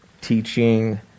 teaching